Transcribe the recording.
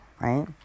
right